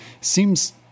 seems